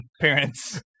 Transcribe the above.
Parents